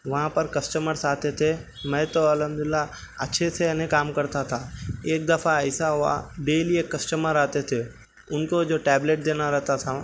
وہاں پر کسٹمرس آتے تھے میں تو الحمدللہ اچھے سے یعنی کام کرتا تھا ایک دفعہ ایسا ہوا ڈیلی ایک کسٹمر آتے تھے ان کو جو ٹیبلٹ دینا رہتا تھا